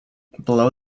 below